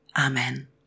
Amen